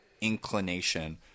inclination